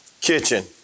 kitchen